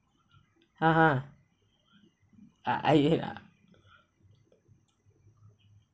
ha ha I I ya